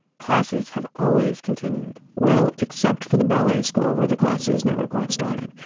classes have always continued well, except for the ballet school where the class is never quite started.